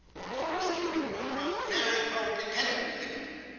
but, of course, a nuclear war um very probably cannot be limited.